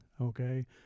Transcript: okay